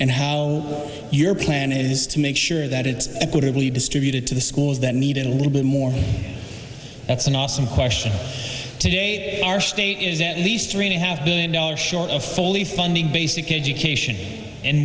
and how your plan is to make sure that it's equitably distributed to the schools that need it a little bit more that's an awesome question today our state is at least three and a half billion dollars short of fully funding basic education and